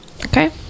Okay